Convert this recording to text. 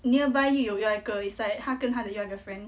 nearby 又有另外一个 it's like 他跟他的另外个 friend